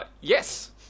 yes